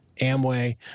Amway